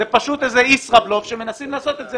זה פשוט ישראבלופ שמנסים לעשות את זה